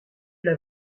l’a